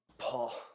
Paul